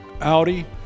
Audi